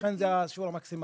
ולכן זה השיעור המקסימלי.